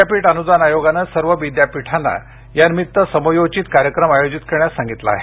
विद्यापीठ अनुदान आयोगानं सर्व विद्यापीठांना यानिमित्त समयोचित कार्यक्रम आय़ोजित करण्यास सांगितलं आहे